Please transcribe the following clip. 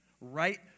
right